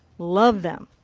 love them.